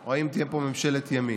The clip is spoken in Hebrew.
או אם תהיה פה ממשלת ימין.